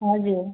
हजुर